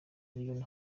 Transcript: illinois